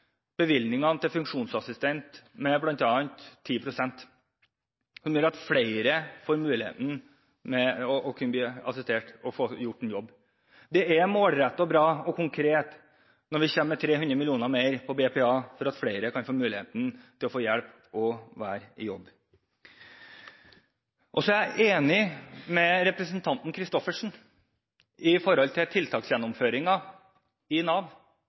til å få gjort en jobb. Det er målrettet, bra og konkret når vi kommer med 300 mill. kr mer til BPA, slik at flere kan få muligheten til å få hjelp til å være i jobb. Jeg er enig med representanten Christoffersen når det gjelder tiltaksgjennomføringen i Nav